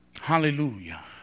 Hallelujah